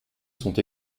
sont